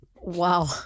wow